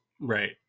Right